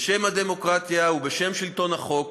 בשם הדמוקרטיה ובשם שלטון החוק,